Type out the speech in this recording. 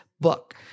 book